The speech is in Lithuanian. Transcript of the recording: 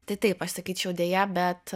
tai taip aš sakyčiau deja bet